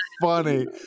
funny